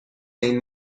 این